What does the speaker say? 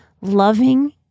loving